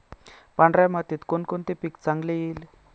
पांढऱ्या मातीत कोणकोणते पीक चांगले येईल?